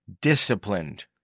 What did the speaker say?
disciplined